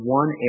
one